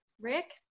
Rick